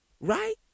Right